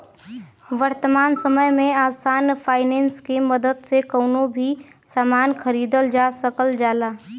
वर्तमान समय में आसान फाइनेंस के मदद से कउनो भी सामान खरीदल जा सकल जाला